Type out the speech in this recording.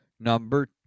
number